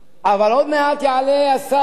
אבל עוד מעט יעלה השר,